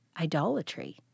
idolatry